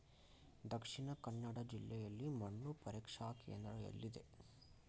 ದಕ್ಷಿಣ ಕನ್ನಡ ಜಿಲ್ಲೆಯಲ್ಲಿ ಮಣ್ಣು ಪರೀಕ್ಷಾ ಕೇಂದ್ರ ಎಲ್ಲಿದೆ?